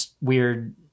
weird